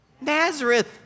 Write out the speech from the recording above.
Nazareth